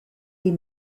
des